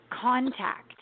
contact